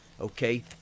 okay